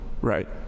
Right